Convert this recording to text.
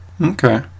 Okay